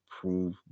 prove